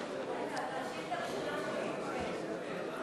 השאילתה הראשונה שלי?